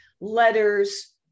letters